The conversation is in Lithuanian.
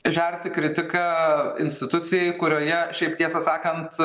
žerti kritiką institucijai kurioje šiaip tiesą sakant